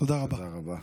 תודה רבה.